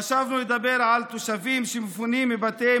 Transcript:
חשבנו לדבר על תושבים שמפונים מבתיהם